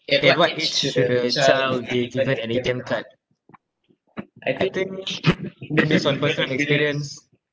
at what age should a child be given an A_T_M card I think based on personal experience